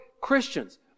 Christians